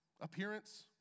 appearance